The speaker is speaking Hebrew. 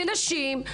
כנשים,